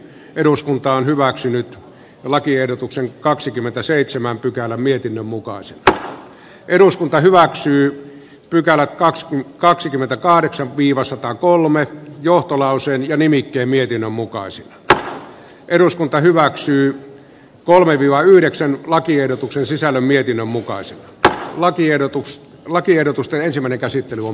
eduskunta on kaj turusen kannattamana ehdottanut että pykälä kaks kaksikymmentäkahdeksan viiväsottaa kolme johtolausein ja nimittää mietinnön mukaan se että eduskunta hyväksyy kolme viva yhdeksän lakiehdotuksen sisällä mietinnön mukaan se että lakiehdotus lakiehdotusten ensimmäinen käsittely on